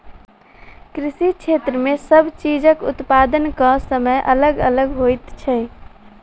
कृषि क्षेत्र मे सब चीजक उत्पादनक समय अलग अलग होइत छै